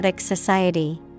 Society